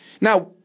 Now